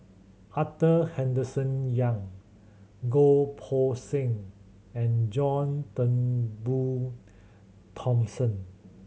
Arthur Henderson Young Goh Poh Seng and John Turnbull Thomson